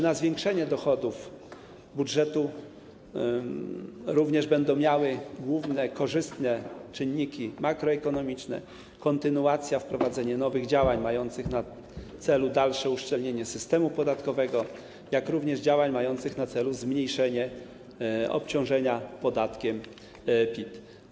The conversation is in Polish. Na zwiększenie dochodów budżetu wpływ będą miały również korzystne czynniki makroekonomiczne oraz kontynuacja i wprowadzenie nowych działań mających na celu dalsze uszczelnienie systemu podatkowego, jak również działań mających na celu zmniejszenie obciążenia podatkiem PIT.